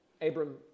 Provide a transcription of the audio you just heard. Abram